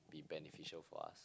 be beneficial for us